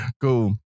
Cool